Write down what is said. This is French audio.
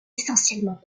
essentiellement